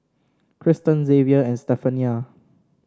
Kristen Zavier and Stephania